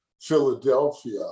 Philadelphia